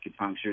acupuncture